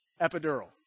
epidural